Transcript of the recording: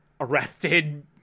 arrested